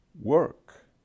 work